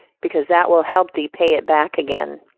because that will help thee pay it back again.